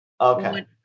Okay